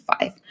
five